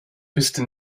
wüsste